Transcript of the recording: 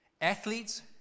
Athletes